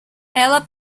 ela